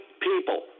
people